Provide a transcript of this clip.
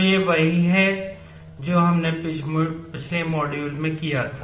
तो यह वही है जो हमने पिछले मॉड्यूल में किया था